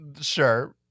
Sure